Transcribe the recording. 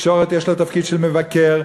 לתקשורת יש תפקיד של מבקר,